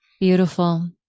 beautiful